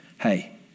hey